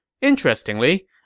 Interestingly